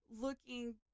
looking